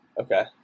Okay